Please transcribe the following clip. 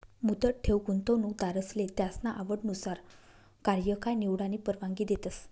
मुदत ठेव गुंतवणूकदारसले त्यासना आवडनुसार कार्यकाय निवडानी परवानगी देतस